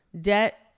Debt